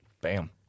Bam